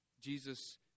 Jesus